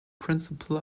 principal